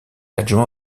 adjoint